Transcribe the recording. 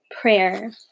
prayer